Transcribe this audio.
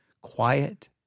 quiet